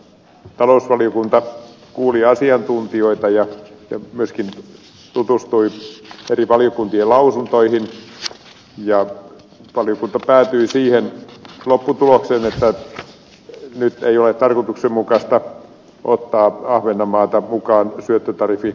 talousvaliokunta kuuli asiantuntijoita ja myöskin tutustui eri valiokuntien lausuntoihin ja valiokunta päätyi siihen lopputulokseen että nyt ei ole tarkoituksenmukaista ottaa ahvenanmaata mukaan syöttötariffijärjestelmään